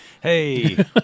Hey